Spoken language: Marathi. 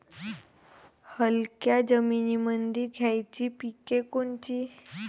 हलक्या जमीनीमंदी घ्यायची पिके कोनची?